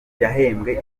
yahembwe